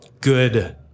good